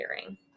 hearing